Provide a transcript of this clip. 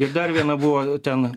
ir dar viena buvo ten